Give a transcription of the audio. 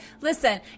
listen